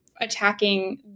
attacking